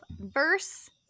Verse